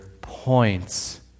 points